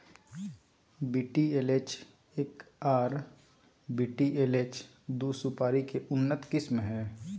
VTLH एक आर VTLH दू सुपारी के उन्नत किस्म हय